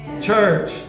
church